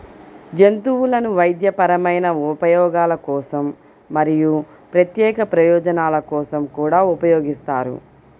జంతువులను వైద్యపరమైన ఉపయోగాల కోసం మరియు ప్రత్యేక ప్రయోజనాల కోసం కూడా ఉపయోగిస్తారు